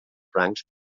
francs